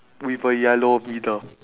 with a yellow middle